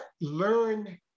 learn